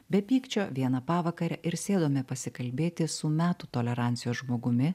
be pykčio vieną pavakarę ir sėdome pasikalbėti su metų tolerancijos žmogumi